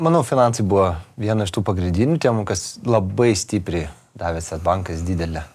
manau finansai buvo viena iš tų pagrindinių temų kas labai stipriai davė svedbankas didelę